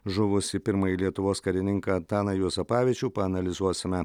žuvusį pirmąjį lietuvos karininką antaną juozapavičių paanalizuosime